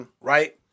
right